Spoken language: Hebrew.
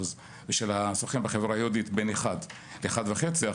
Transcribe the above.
ושל הסוכן בחברה היהודית בין 1% ל-1.5%,